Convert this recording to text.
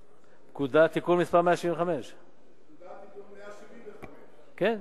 פקודה, תיקון מס' 175. פקודה, תיקון 175. כן.